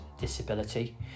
disability